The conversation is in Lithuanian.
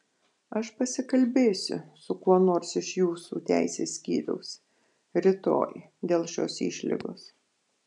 aš pasikalbėsiu su kuo nors iš jūsų teisės skyriaus rytoj dėl šios išlygos